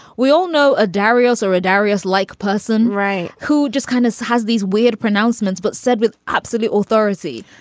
we all know addario so addario is like person right who just kind of has these weird pronouncements but said with absolute authority.